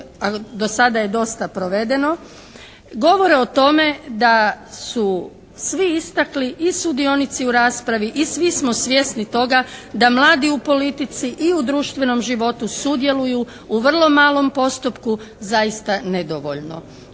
a do sada je dosta provedeno, govore o tome da su svi istakli, i sudionici u raspravi i svi smo svjesni toga da mladi u politici i u društvenom životu sudjeluju u vrlo malom postotku, zaista nedovoljno.